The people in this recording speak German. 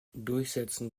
durchsetzen